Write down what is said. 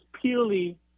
purely